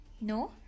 No